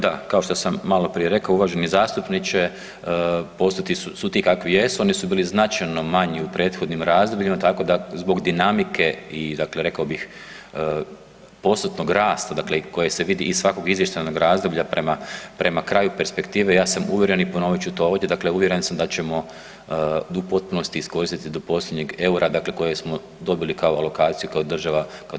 Da, kao što sam maloprije rekao, uvaženi zastupniče, postotci su ti kakvi jesu, oni su bili značajno manji u prethodnim razdobljima, tako da zbog dinamike i dakle, rekao bih, postotnog rasta dakle koji se vidi iz svakog izvještajnog razdoblja prema kraju perspektive, ja sam uvjeren i ponovit ću to ovdje, dakle uvjeren sam da ćemo u potpunosti iskoristiti do posljednjeg eura, dakle koje smo dobili kao alokaciju kao država, kao RH.